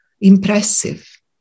impressive